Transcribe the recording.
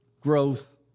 growth